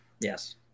yes